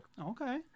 Okay